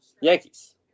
yankees